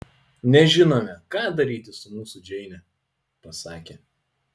nežinome ką daryti su mūsų džeine pasakė